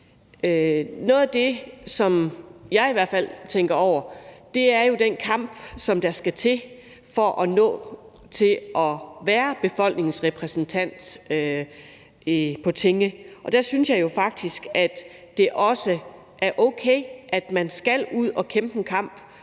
noget af det, som jeg i hvert fald tænker over, er den kamp, der skal til for at nå frem til at være befolkningens repræsentant på Tinge, og der synes jeg jo faktisk, at det er okay, at man skal ud at kæmpe en kamp